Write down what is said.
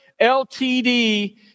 LTD